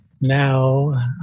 Now